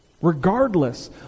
Regardless